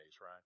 right